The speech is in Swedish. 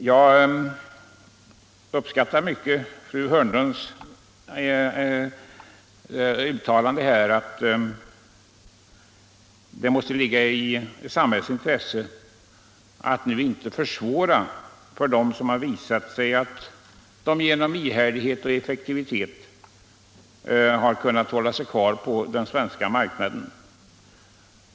Jag uppskattar mycket fru Hörnlunds uttalande här att det måste ligga i samhällets intresse att nu inte försvåra situationen för dem som har visat att de genom ihärdighet och effektivitet kunnat hålla sig kvar på den svenska marknaden.